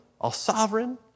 all-sovereign